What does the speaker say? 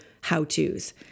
how-tos